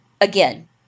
again